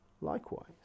likewise